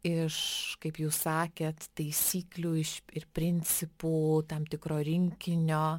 iš kaip jūs sakėt taisyklių iš ir principų tam tikro rinkinio